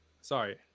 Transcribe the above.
sorry